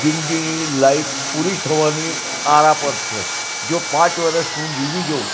જિંદગીની લાઈફ પૂરી થવાની આરા પર છે જો પાંચ વર્ષ હું જીવી જાઉં